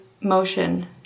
motion